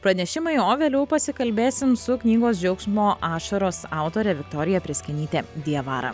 pranešimai o vėliau pasikalbėsim su knygos džiaugsmo ašaros autore viktorija prėskienyte diavara